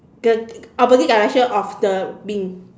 the opposite direction of the bin